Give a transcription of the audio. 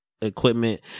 equipment